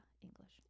English